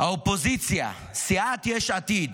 האופוזיציה, בסיעת יש עתיד,